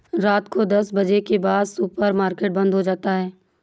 रात को दस बजे के बाद सुपर मार्केट बंद हो जाता है